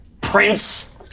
prince